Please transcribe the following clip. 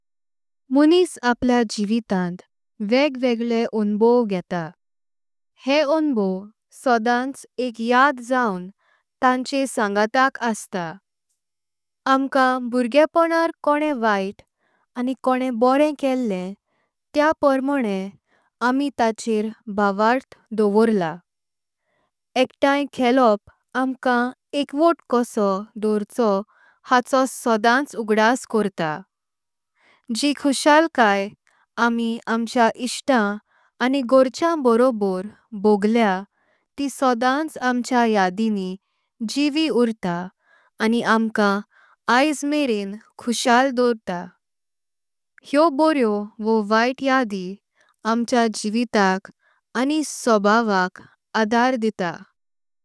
माणिस आपल्या जीवितांत वेग वेगळे अनुभव घेतात। हे अनुभव सदांच एक याद जाऊन ताचे संगटक असता। आमकाम भुर्गेआपण्णर कोण्ने वैत्त आणि कोण्ने बोरें केले। त्या पोरमोंणें आमी ताचेर भवर्त डोवोरला एकत्तां क्हेलोप। आमकाम एकवोट्ट क्सो दोर्चो हाचो सदांच उगदस कर्ता। जी खुषाल्काई आमी आमच्या इष्टतम आणि घोरचेंम बरोबर। बोगलें ति सदांच आमच्या यादिनी जीवि ऊर्ता आणि आमकाम। आज मेरेंन खुषाल करता हेओ बोरेंओ वॊ वैत्त यादि। आमच्या जीविताक आणि सॊभावक आकार दिता।